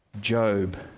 Job